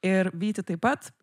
ir vyti taip pat